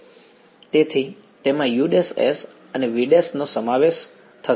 તેથી તેમાં us અને vનો સમાવેશ થશે